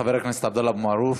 חבר הכנסת עבדאללה אבו מערוף.